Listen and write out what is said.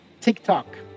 TikTok